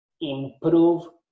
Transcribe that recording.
improve